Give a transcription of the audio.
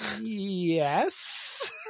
Yes